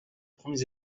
premiers